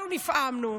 כולנו נפעמנו.